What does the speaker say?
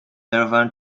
album